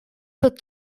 tot